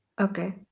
Okay